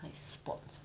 like sports